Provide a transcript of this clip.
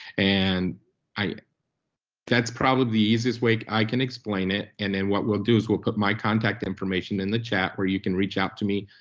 and that's probably the easiest way i can explain it. and then what we'll do is we'll put my contact information in the chat where you can reach out to me